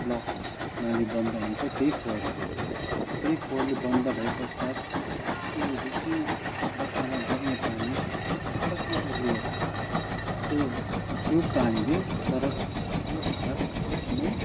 block हुन्छ नाली बन्द हुन्छ त्यही फोहोरले गर्दा त्यही फोहोरले बन्द भए पश्चात त्यो जुन चाहिँ बर्खामा बग्ने पानी सडकमा ओह्र्लिएर आउँछ सो त्यो पानीले सडको हालात एकदमै